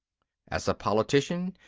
as a politician,